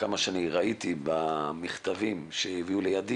מה שראיתי במכתבים שהעבירו אלי